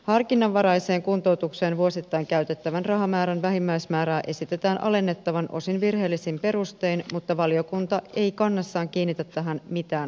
harkinnanvaraiseen kuntoutukseen vuosittain käytettävän rahamäärän vähimmäismäärää esitetään alennettavan osin virheellisin perustein mutta valiokunta ei kannassaan kiinnitä tähän mitään huomiota